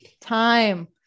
time